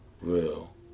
real